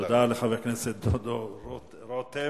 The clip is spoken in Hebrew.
תודה לחבר הכנסת דודו רותם.